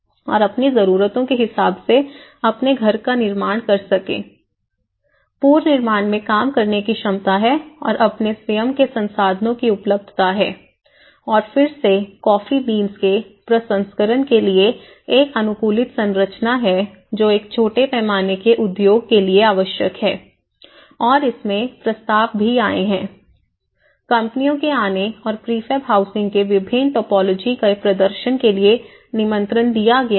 और अपनी जरूरतों के हिसाब से अपने घर का निर्माण कर सके पुनर्निर्माण में काम करने की क्षमता है और अपने स्वयं के संसाधनों की उपलब्धता है और फिर से कॉफी बीन्स के प्रसंस्करण के लिए एक अनुकूलित संरचना है जो एक छोटे पैमाने के उद्योग के लिए आवश्यक है और इसमें प्रस्ताव भी आए हैं कंपनियों के आने और प्रीफैब हाउसिंग के विभिन्न टोपोलॉजी के प्रदर्शन के लिए निमंत्रण दिया गया है